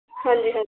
ਹਾਂਜੀ ਹਾਂ